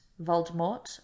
Voldemort